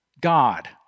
God